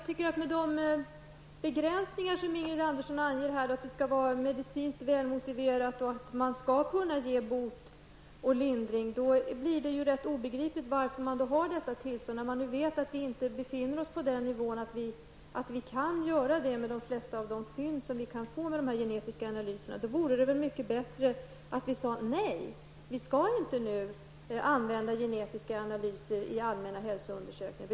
Herr talman! Med de begränsningar Ingrid Andersson anger, att det skall vara medicinskt välmotiverat och att man skall kunna ge bot och lindring, blir det rätt obegripligt varför det skall krävas tillstånd, när vi nu vet att vi inte befinner oss på den nivån att vi kan göra det med de flesta av de fynd som vi kan få med genetiska analyser. Det vore mycket bättre att vi sade nej, att vi sade att vi inte skulle använda genetiska analyser i allmänna hälsoundersökningar.